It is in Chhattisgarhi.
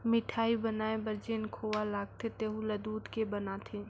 मिठाई बनाये बर जेन खोवा लगथे तेहु ल दूद के बनाथे